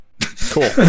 Cool